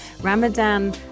Ramadan